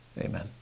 Amen